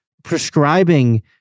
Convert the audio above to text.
Prescribing